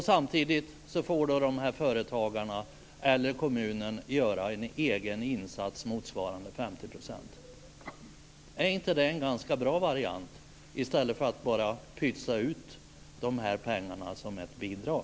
Samtidigt får företagarna eller kommunen göra en egen insats motsvarande 50 %. Är inte det en ganska bra variant i stället för att bara pytsa ut de här pengarna som ett bidrag.